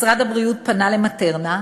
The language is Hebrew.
משרד הבריאות פנה ל"מטרנה"